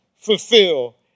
fulfill